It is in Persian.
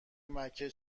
مکه